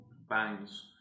bangs